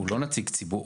הוא לא נציג ציבור.